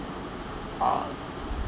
uh